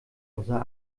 außer